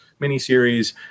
miniseries